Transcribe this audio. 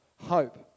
Hope